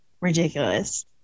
ridiculous